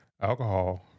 Alcohol